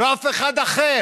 לא אף אחד אחר.